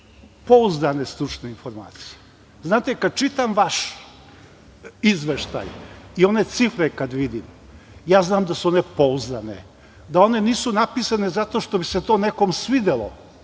pouzdane stručne informacije. Znate, kad čitam vaš izveštaj i one cifre kad vidim, ja znam da su one pouzdane, da one nisu napisane zato što bi se to nekome svidelo,